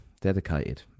Dedicated